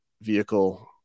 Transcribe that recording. vehicle